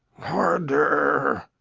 harder,